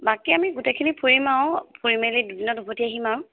বাকী আমি গোটেইখিনি ফুৰিম আৰু ফুৰি মেলি দুদিনত উভতি আহিম আৰু